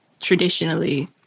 traditionally